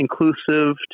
inclusive